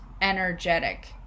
energetic